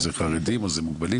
הגיל השלישי או מוגבלים.